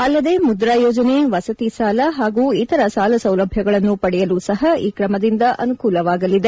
ಅಲ್ಲದೆ ಮುದ್ರಾ ಯೋಜನೆ ವಸತಿ ಸಾಲ ಹಾಗೂ ಇತರ ಸಾಲಸೌಲಭ್ಯಗಳನ್ನು ಪಡೆಯಲು ಸಹ ಈ ಕ್ರಮದಿಂದ ಅನುಕೂಲವಾಗಲಿದೆ